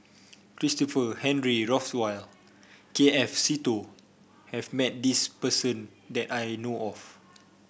Christopher Henry Rothwell K F Seetoh have met this person that I know of